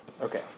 Okay